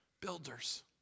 Builders